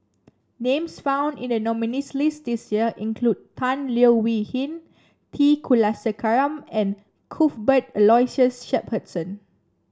names found in the nominees' list this year include Tan Leo Wee Hin T Kulasekaram and Cuthbert Aloysius Shepherdson